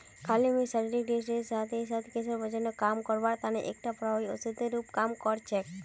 काली मिर्च शरीरक डिटॉक्सेर साथ ही साथ कैंसर, वजनक कम करवार तने एकटा प्रभावी औषधिर रूपत काम कर छेक